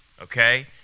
okay